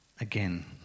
Again